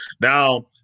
now